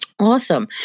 Awesome